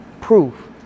Proof